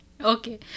okay